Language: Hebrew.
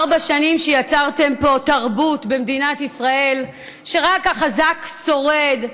ארבע שנים יצרתם פה תרבות במדינת ישראל שרק החזק שורד,